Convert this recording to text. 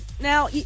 Now